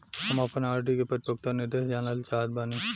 हम आपन आर.डी के परिपक्वता निर्देश जानल चाहत बानी